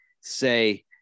say